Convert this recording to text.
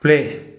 play